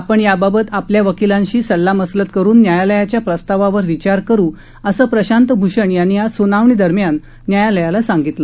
आपण याबाबत आपल्या वकिलांशी सल्लामसलत करून न्यायालयाच्या प्रस्तावावर विचार करू असं प्रशांत भूषण यांनी आज सूनावणी दरम्यान न्यायालयाला सांगितलं